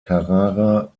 carrara